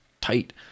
tight